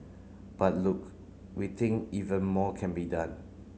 but look we think even more can be done